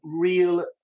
real